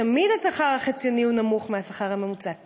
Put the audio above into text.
השכר החציוני הוא תמיד נמוך מהשכר הממוצע,